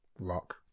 rock